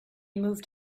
moved